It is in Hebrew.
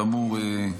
כאמור,